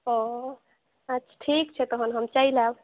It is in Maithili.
ओ अच्छा ठीक छै तहन हम चलि आयब